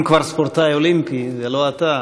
אם כבר ספורטאי אולימפי ולא אתה,